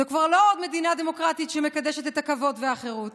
זו כבר לא עוד מדינה דמוקרטית שמקדשת את הכבוד והחירות,